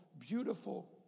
beautiful